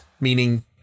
meaning